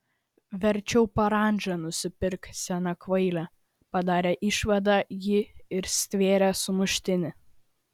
verčiau parandžą nusipirk sena kvaile padarė išvadą ji ir stvėrė sumuštinį